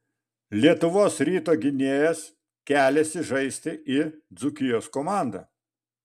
lietuvos ryto gynėjas keliasi žaisti į dzūkijos komandą